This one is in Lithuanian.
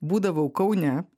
būdavau kaune